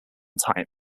types